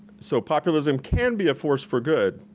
so populism can be a force for good,